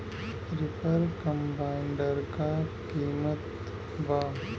Reaper combiner का किमत बा?